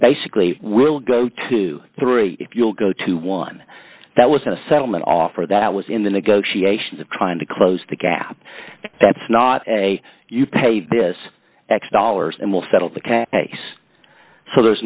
basically we'll go to three if you'll go to one that was a settlement offer that was in the negotiations of trying to close the gap that's not a you pay this x dollars and we'll settle the case so there's